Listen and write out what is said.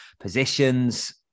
positions